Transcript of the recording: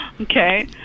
Okay